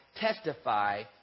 testify